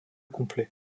complet